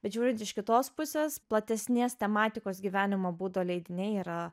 bet žiūrint iš kitos pusės platesnės tematikos gyvenimo būdo leidiniai yra